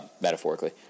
metaphorically